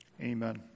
Amen